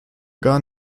gar